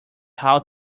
how